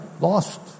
Lost